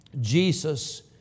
Jesus